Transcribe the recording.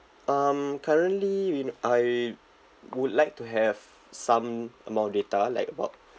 um currently we I would like to have some amount of data like about